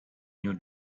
new